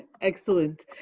excellent